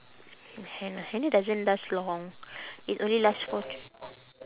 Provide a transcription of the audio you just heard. henna henna doesn't last long it only last for